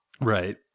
Right